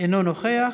אינו נוכח,